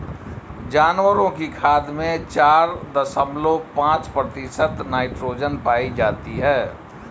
जानवरों की खाद में चार दशमलव पांच प्रतिशत नाइट्रोजन पाई जाती है